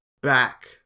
back